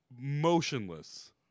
motionless